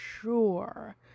sure